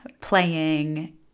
playing